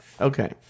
Okay